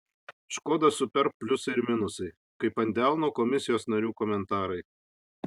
škoda superb pliusai ir minusai kaip ant delno komisijos narių komentarai